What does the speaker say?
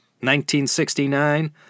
1969